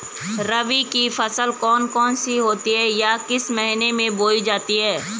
रबी की फसल कौन कौन सी होती हैं या किस महीने में बोई जाती हैं?